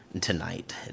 tonight